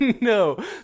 No